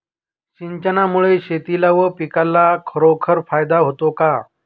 सिंचनामुळे शेतीला व पिकाला खरोखर फायदा होतो का?